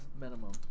minimum